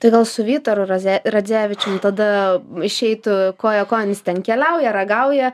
tai gal su vytaru raze radzevičium tada išeitų koja kojon jis ten keliauja ragauja